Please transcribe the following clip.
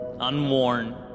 unworn